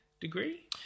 degree